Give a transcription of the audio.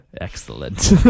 Excellent